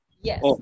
yes